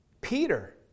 Peter